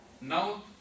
now